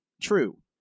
true